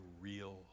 real